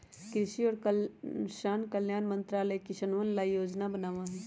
कृषि और किसान कल्याण मंत्रालय किसनवन ला योजनाएं बनावा हई